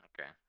Okay